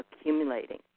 accumulating